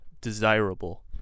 desirable